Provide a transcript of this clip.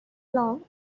long